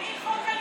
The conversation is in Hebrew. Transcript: אני חוק,